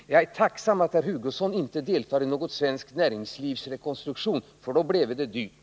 Jag är tacksam för att herr Hugosson inte deltar i någon svensk näringslivsrekonstruktion, för då bleve det dyrt.